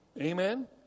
Amen